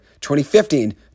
2015